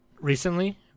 recently